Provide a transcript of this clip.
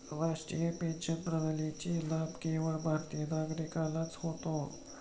राष्ट्रीय पेन्शन प्रणालीचा लाभ केवळ भारतीय नागरिकच घेऊ शकतो